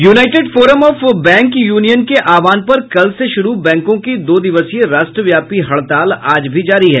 United forum of bank union के आहवान पर कल से शुरू बैंकों की दो दिवसीय राष्ट्रव्यापी हड़ताल आज भी जारी है